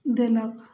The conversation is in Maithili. देलक